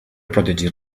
protegir